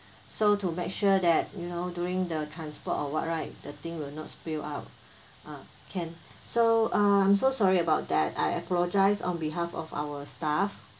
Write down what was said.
so to make sure that you know during the transport or what right the thing will not spill out uh can so uh I'm so sorry about that I apologize on behalf of our staff